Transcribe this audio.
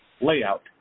layout